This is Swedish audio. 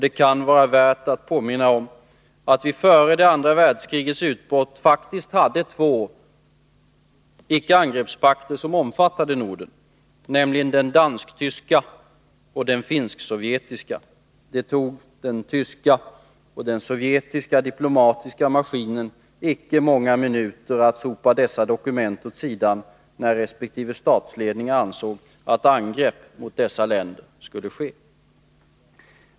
Det kan vara värt att påminna om att vi före det andra världskrigets utbrott faktiskt hade två icke-angreppspakter som omfattade Norden, nämligen den dansk-tyska och den finsk-sovjetiska. Det tog den tyska och den sovjetiska diplomatiska maskinen icke många minuter att sopa dessa dokument åt sidan, när resp. statsledningar ansåg att angrepp mot dessa länder skulle ske.